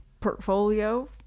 portfolio